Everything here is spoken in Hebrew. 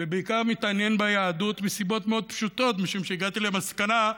ובעיקר מתעניין ביהדות מסיבות מאוד פשוטות: משום שהגעתי למסקנה,